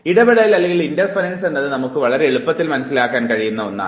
ഇടപെടൽ എന്നത് നമുക്ക് വളരെ എളുപ്പത്തിൽ മനസ്സിലാക്കാൻ കഴിയുന്ന ഒന്നാണ്